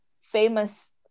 famous